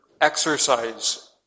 exercise